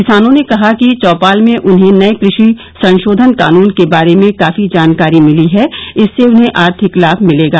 किसानों ने कहा कि चौपाल में उन्हें नये कृषि संशोधन कानून के बारे में काफी जानकारी मिली है इससे उन्हें आर्थिक लाभ मिलेगा